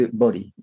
body